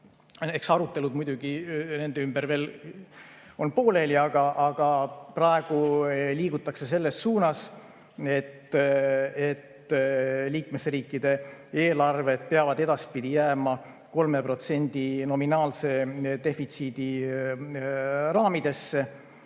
Eks arutelud nende ümber on veel pooleli, aga praegu liigutakse selles suunas, et liikmesriikide eelarved peavad edaspidi jääma 3% nominaalse defitsiidi raamidesse.